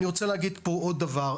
אני רוצה להגיד פה עוד דבר: